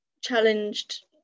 challenged